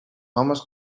homes